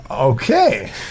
Okay